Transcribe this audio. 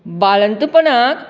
बाळंतपणाक